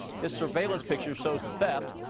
this surveillance picture shows the theft.